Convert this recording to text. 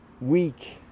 week